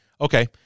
okay